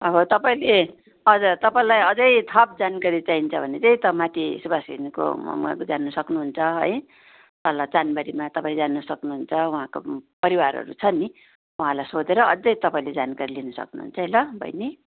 अब तपाईँले हजुर तपाईँलाई अझै थप जानकारी चाहिन्छ भने चाहिँ यता माथि सुबास घिसिङको जानु सक्नुहुन्छ है तल चाँदबारीमा तपाईँ जानु सक्नुहुन्छ उहाँको परिवारहरू छ नि उहाँलाई सोधेर अझै तपाईँले जानकारी लिनु सक्नुहुन्छ है ल बहिनी